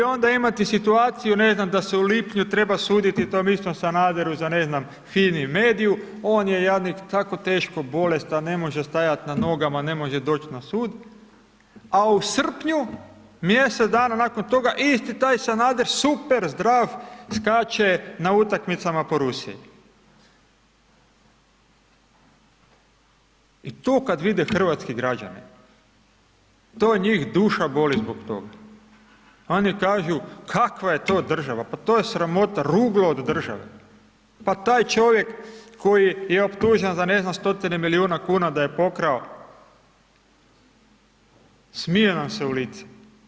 I onda imate situaciju, ne znam, da se u lipnju treba suditi tom istom Sanaderu za ne znam Fimi mediju, on je jadnik tako teško bolestan, ne može stajat na nogama, ne može doć na sud, a u srpnju, mjesec dana nakon toga, isti taj Sanader super zdrav, skače na utakmicama po Rusiji i to kad vide hrvatski građani, to njih duša boli zbog toga, oni kažu kakva je to država, pa to je sramota, ruglo od države, pa taj čovjek koji je optužen za, ne znam, stotine milijuna kuna da je pokrao, smije nam se u lice.